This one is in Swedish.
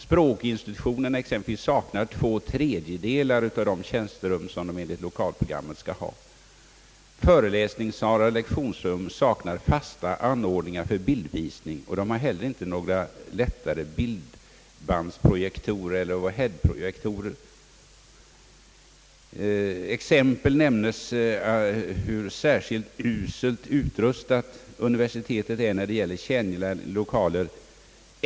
Språkinstitutionerna, exempelvis, saknar två tredjedelar av de tjänsterum som borde finnas enligt lokalprogrammet. Föreläsningssalar och lektionsrum saknar fasta anordningar för bildvisning, och det finns inte heller några lättare bildbandspro jektorer eller overheadprojektorer. Exempel nämns på hur uselt universitetet är utrustat när det gäller tjänliga lokaler.